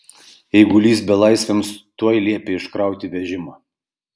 eigulys belaisviams tuoj liepė iškrauti vežimą